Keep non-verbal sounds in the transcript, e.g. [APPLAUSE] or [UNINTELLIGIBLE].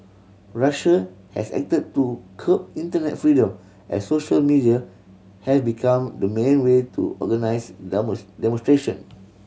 Russia has acted to curb internet freedom as social media have become the main way to organise [UNINTELLIGIBLE] demonstration